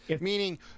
Meaning